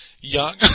Young